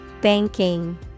Banking